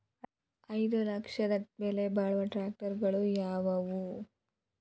ಐದು ಲಕ್ಷದ ಬೆಲೆ ಬಾಳುವ ಟ್ರ್ಯಾಕ್ಟರಗಳು ಯಾವವು?